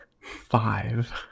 Five